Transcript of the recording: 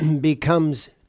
becomes